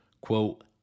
quote